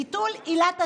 ביטול עילת הסבירות,